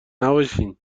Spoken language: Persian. نباشین